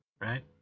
right